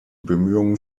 bemühungen